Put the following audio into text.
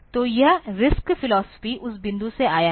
तो यह RISC philosophy उस बिंदु से आया है